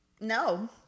No